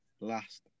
last